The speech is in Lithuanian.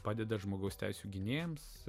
padeda žmogaus teisių gynėjams